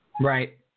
Right